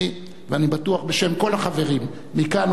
ואני בטוח שבשם כל החברים מכאן ומכאן,